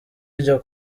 iryo